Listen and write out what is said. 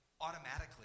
automatically